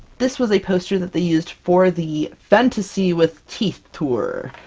this was a poster that they used for the fantasy with teeth tour.